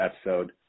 episode